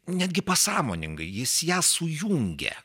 netgi pasąmoningai jis ją sujungė